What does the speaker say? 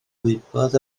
gwybod